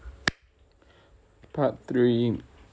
part three